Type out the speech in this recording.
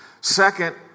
Second